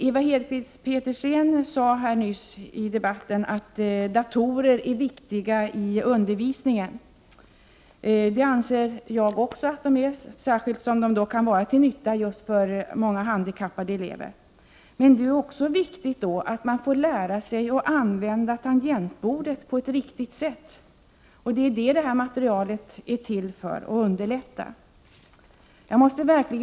Ewa Hedkvist Petersen sade här nyss att datorer är viktiga i undervisningen. Det anser också jag, särskilt som de kan vara till nytta för många handikappade elever. Men det är också viktigt att man får lära sig att använda tangentbordet på ett riktigt sätt. Det aktuella materialet syftar just till att underlätta inlärningen i detta avseende.